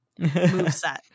moveset